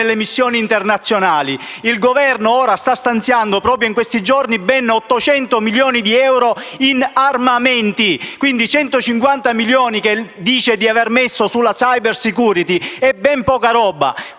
per le missioni internazionali. Il Governo sta stanziando, proprio in questi giorni, ben 800 milioni di euro in armamenti. Quindi, i 150 milioni che lei dice di aver messo sulla *cyber security* sono ben poca roba.